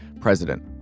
president